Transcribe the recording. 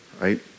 right